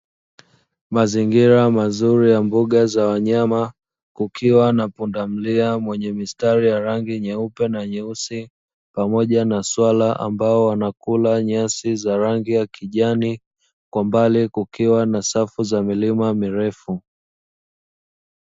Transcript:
Mazingira mazuri ya mbuga za wanyama kukiwa na pundamilia mwenye mistari ya rangi nyeupe na nyeusi, pamoja na swala ambao wanakula nyasi za rangi ya kijani, kwa mbali kukiwa na safu za milima mirefu.